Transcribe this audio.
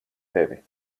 tevi